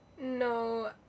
No